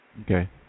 Okay